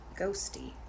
ghosty